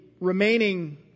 remaining